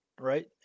right